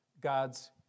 God's